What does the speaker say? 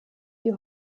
die